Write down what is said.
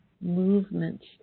movements